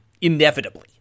inevitably